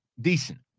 decent